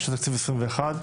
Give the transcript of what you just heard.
שזה תקציב 2021,